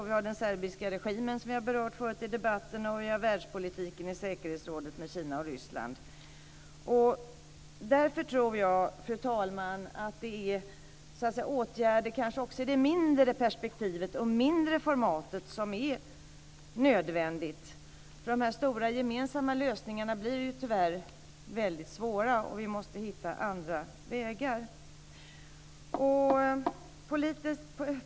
Vi har den serbiska regimen, som vi berört tidigare i debatten, och världspolitiken i säkerhetsrådet med Därför tror jag, fru talman, att det är åtgärder också i det mindre perspektivet och mindre formatet som är nödvändiga. De stora gemensamma lösningarna blir tyvärr väldigt svåra, och vi måste hitta andra vägar.